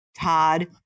Todd